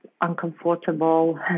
uncomfortable